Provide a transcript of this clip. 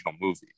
movie